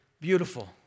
Beautiful